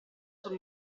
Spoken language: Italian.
sul